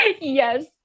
Yes